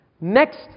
Next